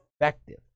effective